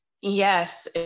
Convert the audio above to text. Yes